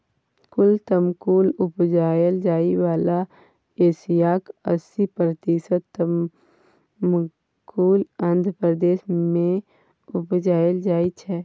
कुल तमाकुल उपजाएल जाइ बला एरियाक अस्सी प्रतिशत तमाकुल आंध्र प्रदेश मे उपजाएल जाइ छै